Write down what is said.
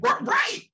Right